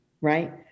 right